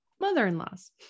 mother-in-laws